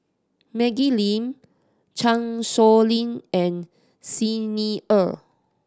Maggie Lim Chan Sow Lin and Xi Ni Er